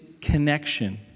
connection